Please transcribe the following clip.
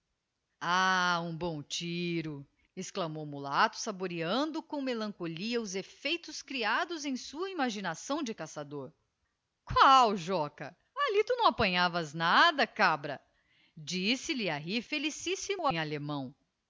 ah um bom tiro exclamou o mulato saboreando com melancolia os effeitos creados em sua imaginação de caçador qual joca allí tu não apanhavas nada cabra dísse lhe a rir felicíssimo em allemão